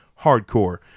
hardcore